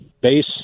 base